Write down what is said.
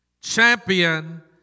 champion